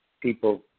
people